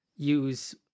Use